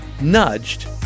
nudged